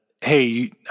hey